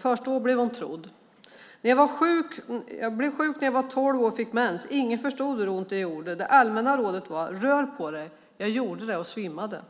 Först då blev hon trodd. Hon säger: Jag blev sjuk när jag var tolv år och fick mens. Ingen förstod hur ont det gjorde. Det allmänna rådet var: Rör på dig. Jag gjorde det och svimmade.